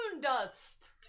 dust